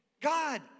God